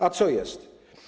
A co jest?